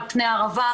על פני הערבה,